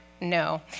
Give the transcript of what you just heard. no